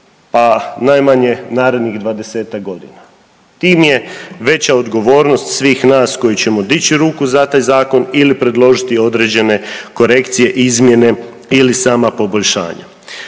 pa najmanje narednih dvadesetak godina. Tim je veća odgovornost svih nas koji ćemo dići ruku za taj zakon ili predložiti određene korekcije, izmjene ili sama poboljšanja.